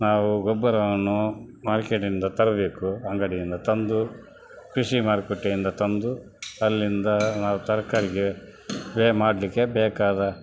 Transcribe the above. ನಾವು ಗೊಬ್ಬರವನ್ನು ಮಾರ್ಕೇಟಿಂದ ತರಬೇಕು ಅಂಗಡಿಯಿಂದ ತಂದು ಕೃಷಿ ಮಾರುಕಟ್ಟೆಯಿಂದ ತಂದು ಅಲ್ಲಿಂದ ನಾವು ತರಕಾರಿಗೆ ಸ್ಪ್ರೇ ಮಾಡಲಿಕ್ಕೆ ಬೇಕಾದ